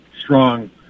strong